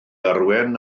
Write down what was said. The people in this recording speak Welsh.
arwain